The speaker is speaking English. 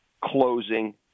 closing